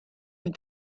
have